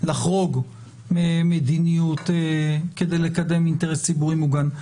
לחרוג ממדיניות כדי לקדם אינטרס ציבורי מוגן.